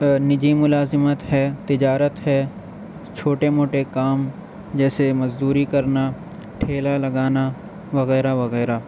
اور نجی ملازمت ہے یا تجارت ہے چھوٹے موٹے کام جیسے مزدوری کرنا ٹھیلہ لگانا وغیرہ وغیرہ